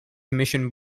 mission